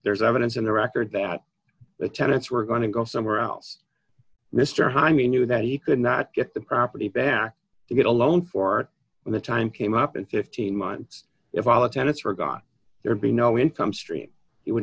there's evidence in the record that the tenants were going to go somewhere else mr jaimie knew that he could not get the property back to get a loan for when the time came up in fifteen months if allah tenets were gone there'd be no income stream he would